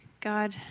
God